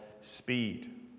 speed